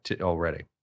already